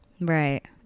Right